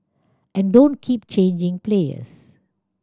and don't keep changing players